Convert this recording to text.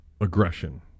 aggression